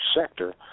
sector